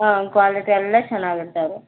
ಹಾಂ ಕ್ವಾಲಿಟಿ ಎಲ್ಲ ಚೆನ್ನಾಗಿ ಇರ್ತವೆ